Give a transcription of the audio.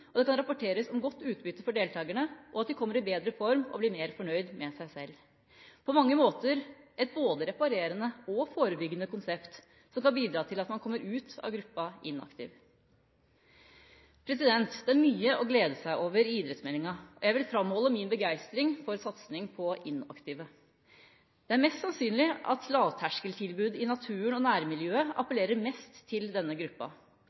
og det kan rapporteres om godt utbytte for deltakerne, og at de kommer i bedre form og blir fornøyd med seg selv. Dette er på mange måter et både reparerende og forebyggende konsept, som kan bidra til at man kommer ut av gruppa inaktiv. Det er mye å glede seg over i idrettsmeldinga. Jeg vil framholde min begeistring for satsing på inaktive. Det er mest sannsynlig at lavterskeltilbud i naturen og nærmiljøet appellerer mest til denne gruppa.